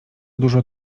dużo